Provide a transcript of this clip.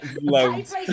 Loads